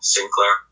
Sinclair